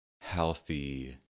healthy